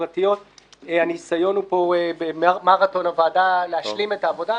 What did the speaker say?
הניסיון הוא להשלים את העבודה במרתון הוועדה.